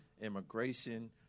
immigration